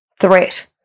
threat